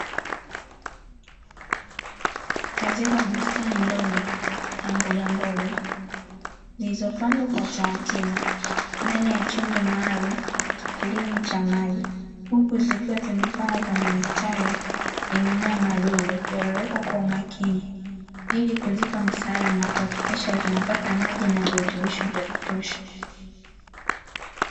Katika bustani ndogo ya mbogamboga zilizopandwa kwa utaratibu ndani ya chombo maalumu cha kilimo cha maji, huku zikiwa zimepangwa kwenye mistari yenye mawe madogo yaliyowekwa kwa umakini, ili kuzipa msaada na kuhakikisha zinapata maji na virutubisho vya kutosha.